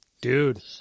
Dude